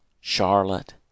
Charlotte